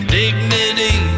dignity